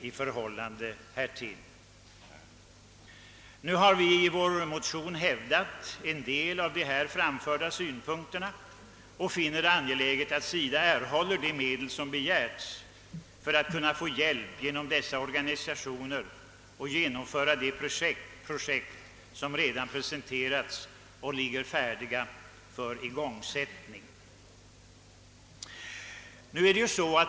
I vår motion har vi hävdat en del av de här framförda synpunkterna, och vi finner det angeläget att SIDA erhåller de medel som begärts för att kunna genomföra de projekt som redan presenterats och ligger färdiga för igångsättning.